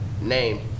name